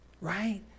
right